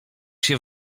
się